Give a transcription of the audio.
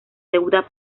deuda